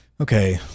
okay